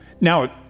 Now